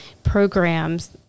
programs